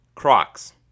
Crocs